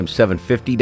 750